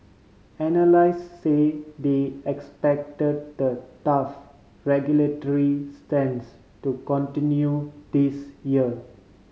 analysts say they expect the tough regulatory stance to continue this year